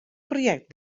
projekt